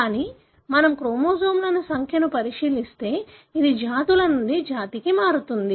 కానీ మనం క్రోమోజోమ్ల సంఖ్యను పరిశీలిస్తే ఇది జాతుల నుండి జాతికి మారుతుంది